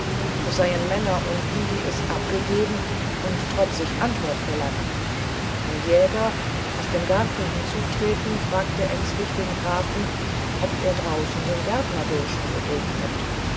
es seien männer unten die es abgegeben und trotzig antwort verlangten ein jäger aus dem garten hinzutretend fragte ängstlich den grafen ob er draußen dem gärtnerburschen begegnet